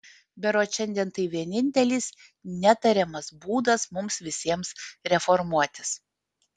berods šiandien tai vienintelis netariamas būdas mums visiems reformuotis